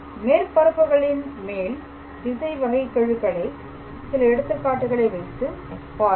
மேற்பரப்புகளின் மேல் திசை வகைக்கெழுகளை சில எடுத்துக்காட்டுகளை வைத்து பார்ப்போம்